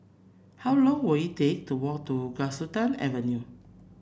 how long will it take to walk to Galistan Avenue